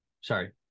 sorry